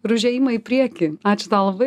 ir už ėjimą į priekį ačiū tau labai